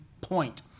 point